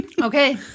Okay